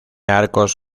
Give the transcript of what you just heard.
arcos